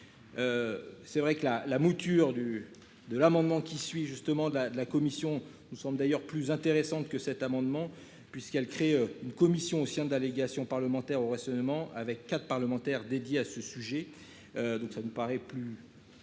C'est vrai que la, la mouture du de l'amendement qui suit justement de la de la commission. Nous sommes d'ailleurs plus intéressantes que cet amendement puisqu'elle crée une commission au sein d'allégations parlementaire aurait seulement avec quatre parlementaire dédiée à ce sujet. Donc ça me paraît plus.